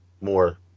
more